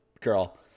girl